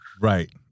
Right